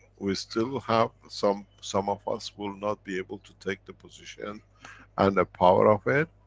we still have, some, some of us will not be able to take the position and the power of it,